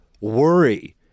worry